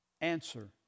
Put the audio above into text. answer